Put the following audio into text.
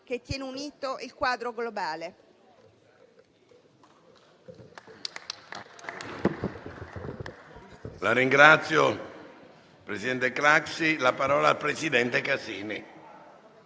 che tiene unito il quadro globale.